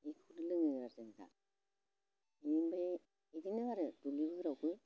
बेखौनो लोङो आरो जों दा बेनिफ्राय बिदिनो आरो दुब्लिफोरावबो